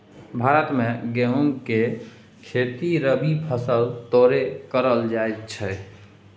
भारत मे गहुमक खेती रबी फसैल तौरे करल जाइ छइ